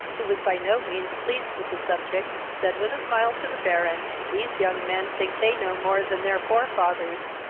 who was by no means pleased with the subject, said with a smile to the baron, these young men think they know more than their forefathers.